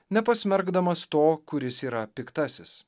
nepasmerkdamas to kuris yra piktasis